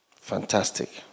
Fantastic